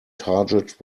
target